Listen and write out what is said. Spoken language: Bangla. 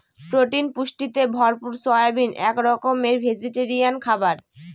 প্রোটিন পুষ্টিতে ভরপুর সয়াবিন এক রকমের ভেজিটেরিয়ান খাবার